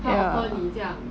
ya